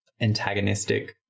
Antagonistic